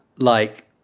like,